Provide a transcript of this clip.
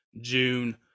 June